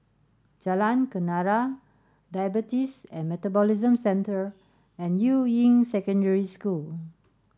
Jalan Kenarah Diabetes and Metabolism Centre and Yuying Secondary School